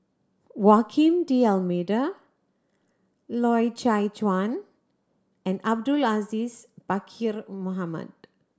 Woaquim D'Almeida Loy Chye Chuan and Abdul Aziz Pakkeer Mohamed